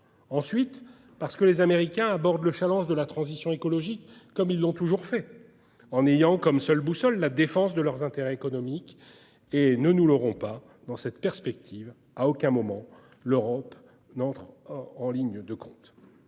Ensuite, parce que les Américains abordent le défi de la transition écologique comme ils l'ont toujours fait : avec pour seule boussole la défense de leurs intérêts économiques. Ne nous leurrons pas : dans cette perspective, l'Europe n'entre à aucun moment en ligne de compte.